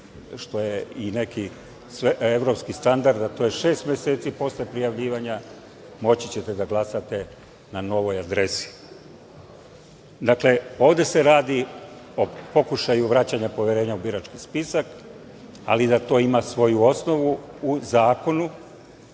što je i neki evropski standard, a to je šest meseci posle prijavljivanja moći ćete da glasate na novoj adresi. Dakle, ovde se radi o pokušaju vraćanja poverenja u birački spisak, ali da to ima svoju osnovu u zakonu